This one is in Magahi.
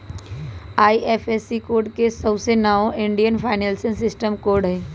आई.एफ.एस.सी कोड के सऊसे नाओ इंडियन फाइनेंशियल सिस्टम कोड हई